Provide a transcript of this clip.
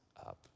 up